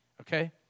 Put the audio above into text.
okay